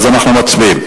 אז אנחנו מצביעים.